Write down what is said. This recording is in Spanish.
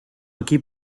aquí